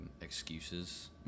excuses